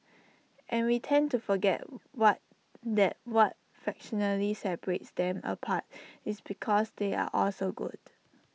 and we tend to forget what that what fractionally separates them apart is because they are all so good